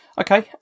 Okay